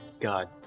God